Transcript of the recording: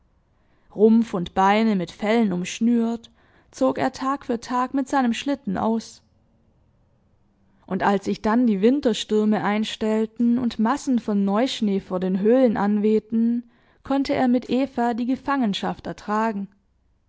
rumpf und beine mit fellen umschnürt zog er tag für tag mit seinem schlitten aus und als sich dann die winterstürme einstellten und massen von neuschnee vor den höhlen anwehten konnte er mit eva die gefangenschaft ertragen